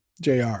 JR